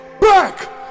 back